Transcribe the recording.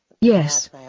Yes